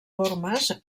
formes